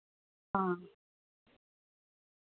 हां